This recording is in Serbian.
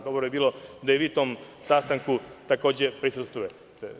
Dogovor je bio da i vi tom sastanku takođe prisustvujete.